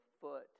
foot